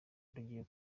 rugiye